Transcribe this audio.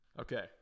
Okay